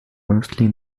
mostly